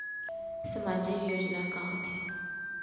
सामाजिक योजना का होथे?